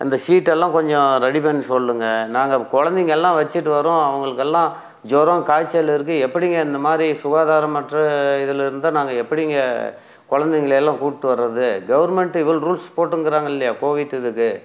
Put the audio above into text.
அந்த சீட்டெல்லாம் கொஞ்சம் ரெடி பண்ண சொல்லுங்கள் நாங்கள் குழந்தைகள்லாம் வச்சுட்டு வரோம் அவங்களுக்கெல்லாம் ஜுரம் காய்ச்சல் இருக்குது எப்படிங்க இந்த மாதிரி சுகாதாரமற்ற இதில் இருந்தால் நாங்கள் எப்படிங்க குழந்தைகள எல்லாம் கூட்டி வரது கவுர்மெண்ட் இவ்வளோ ரூல்ஸ் போட்டுங்கிறாங்க இல்லையா கோவிட் இதுக்கு